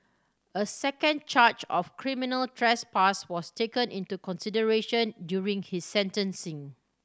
a second charge of criminal trespass was taken into consideration during his sentencing